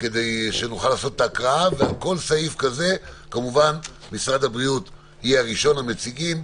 ועל כל סעיף כזה כמובן משרד הבריאות יהיה ראשון המציגים,